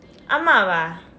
ஆமாவா:aamavaa